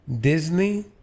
Disney